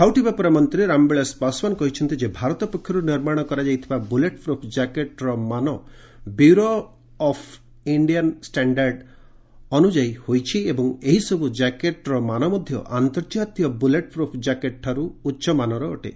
ଖାଉଟି ବ୍ୟାପାର ମନ୍ତ୍ରୀ ରାମବିଳାସ ପାଶ୍ୱାନ୍ କହିଛନ୍ତି ଭାରତ ପକ୍ଷରୁ ନିର୍ମାଣ କରାଯାଇଥିବା ବୁଲେଟ୍ ପ୍ରୁଫ୍ କ୍ୟାକେଟ୍ର ମାନ ବ୍ୟୁରୋ ଅଫ୍ ଇଣ୍ଡିଆନ୍ ଷ୍ଟାଶ୍ଡାର୍ନ ଅନୁଯାୟୀ ହେଉଛି ଏବଂ ଏହିସବୁ କ୍ୟାକେଟ୍ର ମାନ ମଧ୍ୟ ଅନ୍ତର୍ଜାତୀୟ ବୁଲେଟ୍ ପ୍ରଫ୍ ଜ୍ୟାକେଟ୍ଠାରୁ ଉଚ୍ଚମାନର ଅଟେ